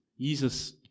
Jesus